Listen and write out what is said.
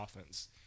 offense